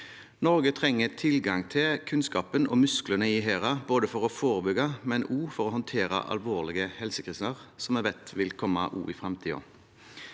Norge trenger tilgang til kunnskapen og musklene i HERA både for å forebygge og for å håndtere alvorlige helsekriser, som vi vet vil komme også i framtiden.